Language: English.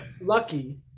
lucky